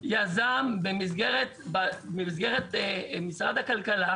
יזם במסגרת משרד הכלכלה,